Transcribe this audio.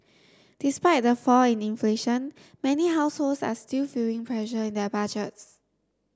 despite the fall in inflation many households are still feeling pressure in their budgets